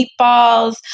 meatballs